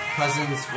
cousins